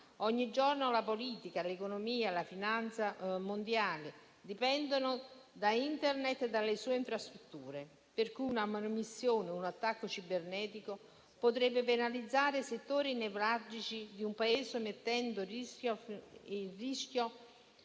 Ogni giorno la politica, l'economia e la finanza mondiali dipendono da Internet e dalle sue infrastrutture, per cui una manomissione o un attacco cibernetico potrebbero penalizzare settori nevralgici di un Paese, mettendo a rischio